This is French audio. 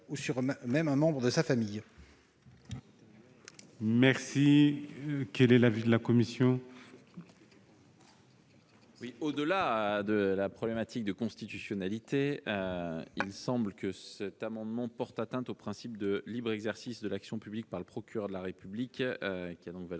publique. Quel est l'avis de la commission ?